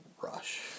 Rush